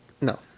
No